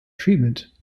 treatment